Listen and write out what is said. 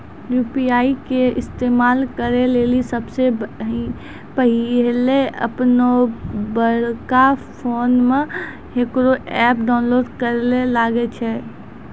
UPI के इस्तेमाल करै लेली सबसे पहिलै अपनोबड़का फोनमे इकरो ऐप डाउनलोड करैल लागै छै